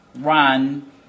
run